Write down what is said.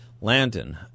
Landon